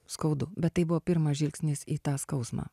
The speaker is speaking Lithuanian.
skaudu bet tai buvo pirmas žvilgsnis į tą skausmą